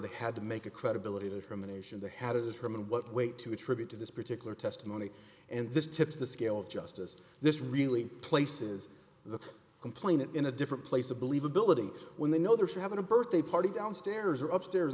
they had to make a credibility to from the nation they had as herman what weight to attribute to this particular testimony and this tips the scales of justice this really places the complainant in a different place of believability when they know they're having a birthday party downstairs or up stairs